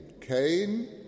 Cain